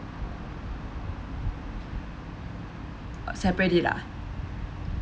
uh separate it ah